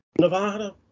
Nevada